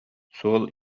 суол